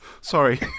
Sorry